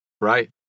Right